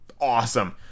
awesome